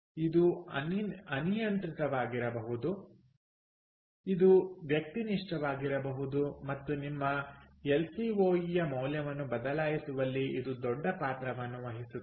ಇದು ಅನಿಯಂತ್ರಿತವಾಗಿರಬಹುದು ಇದು ವ್ಯಕ್ತಿನಿಷ್ಠವಾಗಬಹುದು ಮತ್ತು ನಿಮ್ಮ ಎಲ್ಸಿಒಇ ಯ ಮೌಲ್ಯವನ್ನು ಬದಲಾಯಿಸುವಲ್ಲಿ ಇದು ದೊಡ್ಡ ಪಾತ್ರವನ್ನು ವಹಿಸುತ್ತದೆ